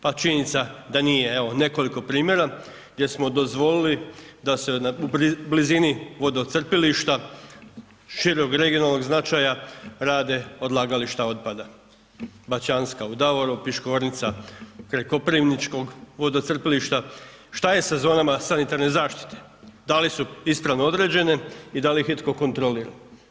Pa činjenica da nije, evo nekoliko primjera gdje smo dozvoli da se u blizini vodocrpilišta šireg regionalnog značaja rade odlagališta otpada Bačanska u Davoru, Piškornica kraj Koprivničkog vodocrpilišta, šta je sa zonama sanitarne zaštite, da li ispravno određene i da li ih itko kontrolira.